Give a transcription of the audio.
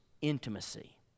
intimacy